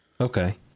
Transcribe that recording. Okay